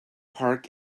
park